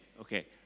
okay